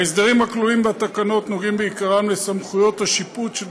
ההסדרים הכלולים בתקנות נוגעים בעיקרם בסמכויות השיפוט של